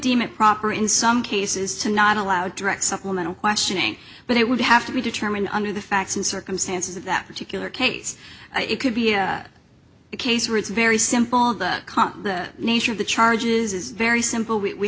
deem it proper in some cases to not allowed direct supplemental questioning but it would have to be determined under the facts and circumstances of that particular case it could be a case where it's very simple the nature of the charges is very simple